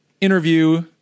interview